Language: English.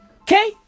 Okay